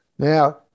Now